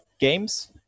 Games